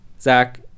Zach